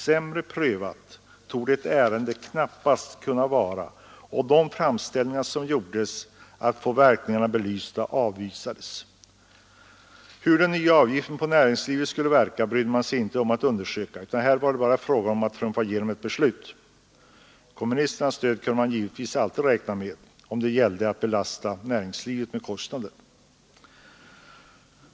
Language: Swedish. Sämre prövat torde ett ärende knappast kunna vara, och de framställningar som gjordes att få verkningarna belysta avvisades. Hur den nya avgiften på näringslivet skulle verka brydde man sig inte om att undersöka, utan här var det bara fråga om att trumfa igenom ett beslut. Kommunisternas stöd kunde man givetvis alltid räkna med om det gällde att belasta näringslivet med kostnader.